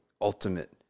ultimate